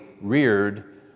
reared